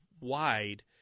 wide